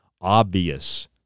obvious